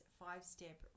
five-step